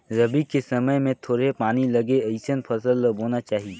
रबी के समय मे थोरहें पानी लगे अइसन फसल ल बोना चाही